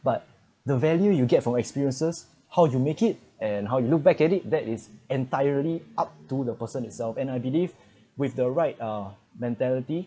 but the value you get from experiences how you make it and how you look back at it that is entirely up to the person itself and I believe with the right uh mentality